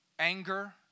anger